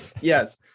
Yes